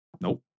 Nope